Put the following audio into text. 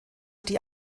die